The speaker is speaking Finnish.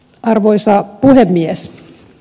arvoisa puhemies